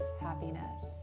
happiness